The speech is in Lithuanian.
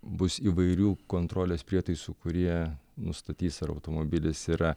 bus įvairių kontrolės prietaisų kurie nustatys ar automobilis yra